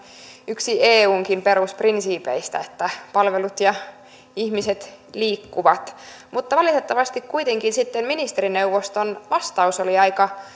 yksi eunkin perusprinsiipeistä että palvelut ja ihmiset liikkuvat mutta valitettavasti kuitenkin sitten ministerineuvoston vastaus oli aika